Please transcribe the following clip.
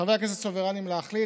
חברי הכנסת סוברניים להחליט.